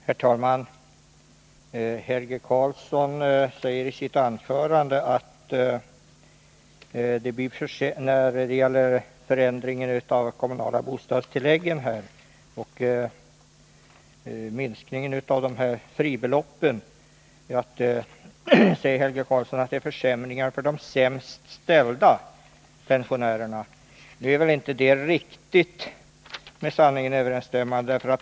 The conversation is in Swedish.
Herr talman! Helge Karlsson säger i sitt anförande när det gäller ändringen i reglerna för kommunalt bostadstillägg att det blir försämringar för de sämst ställda pensionärerna. Det är inte riktigt med sanningen överensstämmande.